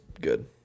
good